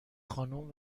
خانوم